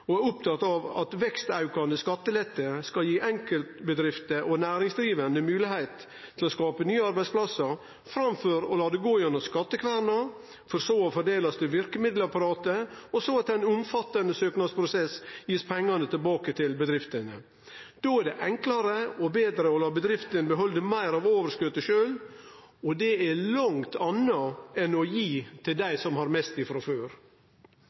og er opptatt av at vekstaukande skattelette skal gi enkeltbedrifter og næringsdrivande moglegheit til å skape nye arbeidsplassar framfor å la det gå gjennom skattekverna, for så å bli fordelt til verkemiddelapparatet – og så, etter ein omfattande søknadsprosess blir pengane gitt tilbake til bedriftene. Då er det enklare og betre å la bedrifta behalde meir av overskotet sjølv. Og det er noko langt anna enn å gi til dei som har mest frå før.